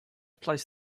placed